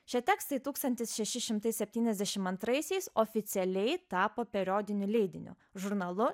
šie tekstai tūkstantis šeši šimtai septyniasdešim antraisiais oficialiai tapo periodiniu leidiniu žurnalu